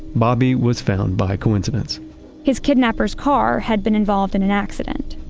bobby was found by coincidence his kidnappers' car had been involved in an accident,